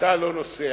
אתה לא נוסע.